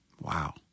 Wow